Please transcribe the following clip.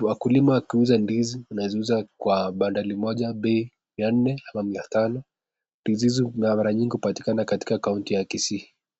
wakulima wakiuza ndizi wanaziuza kwa bandali moja bei ya nne ama mia tano ndizi hizi mara mingi hupatikana katika kaonti ya kisii.